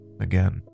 again